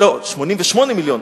לא, 88 מיליון.